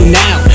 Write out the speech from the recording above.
now